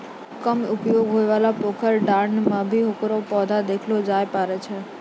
कम उपयोग होयवाला पोखर, डांड़ में भी हेकरो पौधा देखलो जाय ल पारै छो